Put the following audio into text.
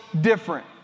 different